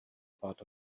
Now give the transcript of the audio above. part